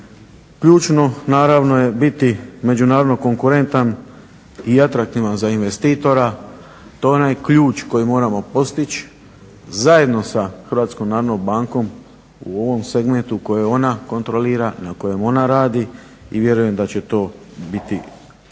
naravno je biti međunarodno konkurentan i atraktivan za investitora. To je onaj ključ koji moramo postići zajedno sa Hrvatskom narodnom bankom u ovom segmentu koje ona kontrolira, na kojem ona radi i vjerujem da će to biti